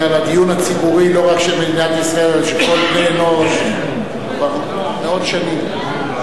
הדיון הציבורי לא רק של מדינת ישראל אלא של כל בני-אנוש כבר מאות שנים.